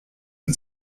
and